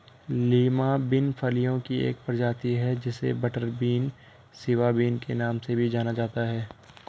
Lima bean फलियों की एक प्रजाति है जिसे बटरबीन, सिवा बिन के नाम से भी जाना जाता है